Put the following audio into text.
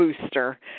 booster